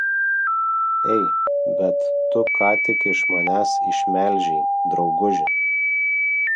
ei bet tu ką tik iš manęs išmelžei drauguži